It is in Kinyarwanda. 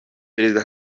perezida